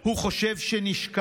הוא חושב שנשכח.